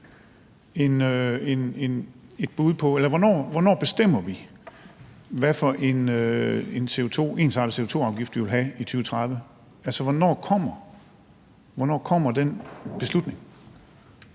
Hvornår bestemmer vi, hvad for en ensartet CO2-afgift vi vil have i 2030? Hvornår kommer den beslutning?